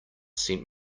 sent